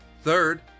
Third